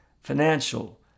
financial